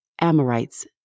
Amorites